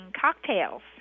cocktails